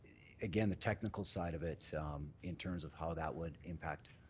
again, the technical side of it in terms of how that would impact